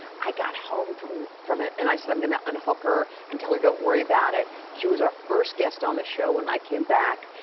i got home from from it, and i said, i'm gonna unhook her and tell her don't worry about it. she was our first guest on the show when i came back,